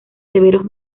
severos